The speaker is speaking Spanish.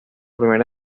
primera